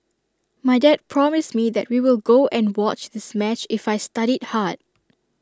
my dad promised me that we will go and watch this match if I studied hard